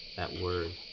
that word.